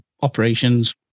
operations